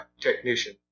technician